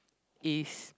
is